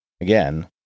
again